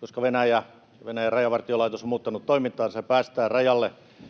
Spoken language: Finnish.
koska Venäjä, Venäjän rajavartiolaitos, on muuttanut toimintaansa ja päästää rajalle